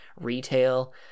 retail